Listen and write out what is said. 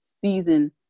season